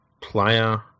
player